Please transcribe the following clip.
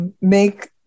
Make